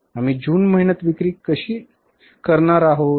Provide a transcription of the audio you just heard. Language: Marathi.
आम्ही जून महिन्यात विक्री कशी करणार आहोत